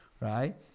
Right